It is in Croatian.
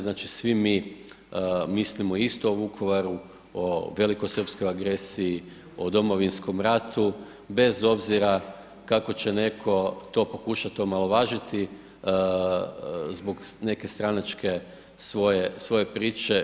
Znači svi mi mislimo isto o Vukovaru, o velikosrpskoj agresiji, o Domovinskom ratu bez obzira kako će netko to pokušati omalovažiti zbog neke stranačke svoje priče.